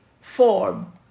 form